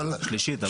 שלישית.